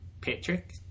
Patrick